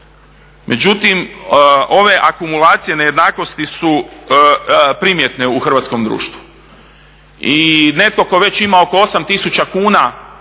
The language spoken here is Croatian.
Međutim ove akumulacije, nejednakosti su primjetne u hrvatskom društvu i netko tko već ima oko 8000 kuna